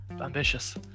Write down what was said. ambitious